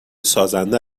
سازنده